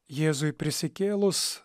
jėzui prisikėlus